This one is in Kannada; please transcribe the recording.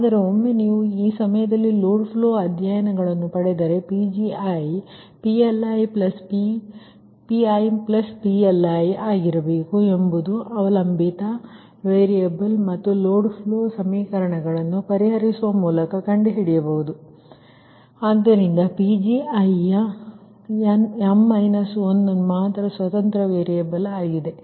ಆದರೆ ಒಮ್ಮೆ ನೀವು ಆ ಸಮಯದಲ್ಲಿ ಲೋಡ್ ಫ್ಲೋ ಅಧ್ಯಯನಗಳನ್ನು ಪಡೆದರೆ Pg1 P1PL1 ಆಗಿರಬೇಕು ಎಂಬುದು ಅವಲಂಬಿತ ವೇರಿಯೇಬಲ್ ಮತ್ತು ಲೋಡ್ ಫ್ಲೋ ಸಮೀಕರಣಗಳನ್ನು ಪರಿಹರಿಸುವ ಮೂಲಕ ಕಂಡುಹಿಡಿಯಬಹುದು ಆದ್ದರಿಂದ Pgi ಯ ಮಾತ್ರ ಸ್ವತಂತ್ರ ವೇರಿಯೇಬಲ್ ಗಳಾಗಿವೆ